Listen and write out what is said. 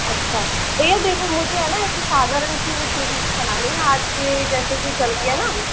अच्छा भैया देखो मुझे है वो जो है न ऐसे साधारण सी वो सीढ़ी नहीं बनानी आज के जैसे जो चल रहे है न